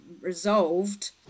resolved